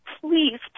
Please